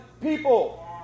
people